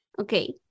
Okay